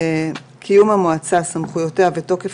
קיום המועצה, סמכויותיה ותוקף